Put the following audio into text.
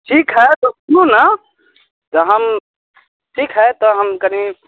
ठीक है तऽ सुनु ने जहन ठीक है तहन कनि